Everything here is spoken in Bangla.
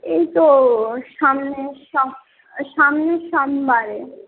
এই তো সামনের সামনের সোমবারে